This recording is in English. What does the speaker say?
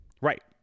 Right